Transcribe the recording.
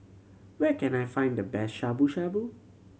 where can I find the best Shabu Shabu